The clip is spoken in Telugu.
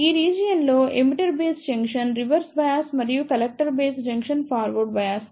ఈ రీజియన్ లో emitter base junction reverse bias మరియు collector base junction forward bias